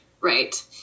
Right